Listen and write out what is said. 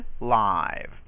live